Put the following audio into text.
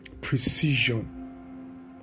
precision